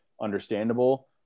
understandable